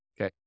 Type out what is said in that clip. okay